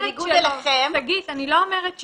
אני לא אומרת שלא.